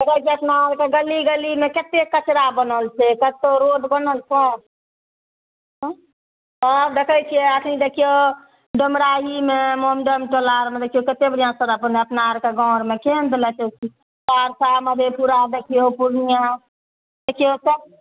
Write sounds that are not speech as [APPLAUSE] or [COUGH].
[UNINTELLIGIBLE] अपना आरके गली गलीमे केते कचड़ा बनल छै कतहु रोड बनल छै आब देखय छियै अखनी देखियौ डमराइनीमे मोमडन टोलामे देखियौ कते बढ़िआँ सड़क अपना आरके गाँव आरमे केहेनवला [UNINTELLIGIBLE] सहरसा मधेपुरा देखियौ पूर्णिया देखियौ सब